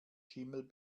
schimmel